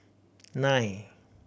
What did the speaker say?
nine